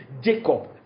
Jacob